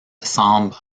semble